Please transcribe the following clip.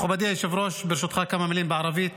מכובדי היושב-ראש, ברשותך, כמה מילים בערבית